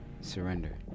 surrender